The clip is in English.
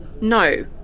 No